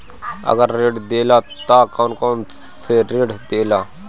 अगर ऋण देला त कौन कौन से ऋण देला?